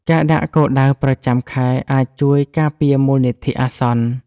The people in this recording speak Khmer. ការដាក់គោលដៅប្រចាំខែអាចជួយការពារមូលនិធិអាសន្ន។